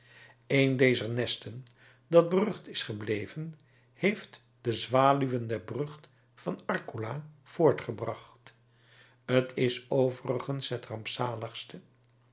een dezer nesten dat berucht is gebleven heeft de zwaluwen der brug van arcola voortgebracht t is overigens het rampzaligste